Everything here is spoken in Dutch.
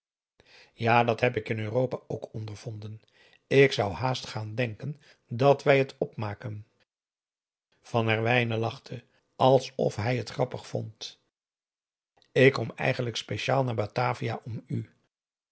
ja dat heb ik in europa ook ondervonden ik zou haast gaan denken dat wij het op maken van herwijnen lachte alsof hij het grappig vond ik kom eigenlijk speciaal naar batavia om u